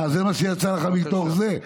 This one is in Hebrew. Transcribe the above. זה מה שיצא לך מתוך זה?